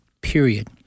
period